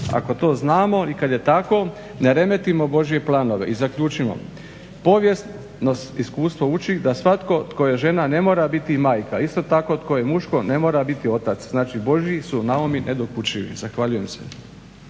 Ako to znamo i kad je tako ne remetimo Božje planove. I zaključimo, povijesno iskustvo uči da svatko tko je žena ne mora biti majka, isto tako tko je muško ne mora biti otac, znači Božji su naumi nedokučivi. Zahvaljujem se.